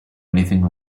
anything